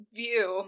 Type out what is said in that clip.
view